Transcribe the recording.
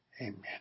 amen